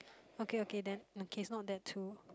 okay okay then okay um it's not that too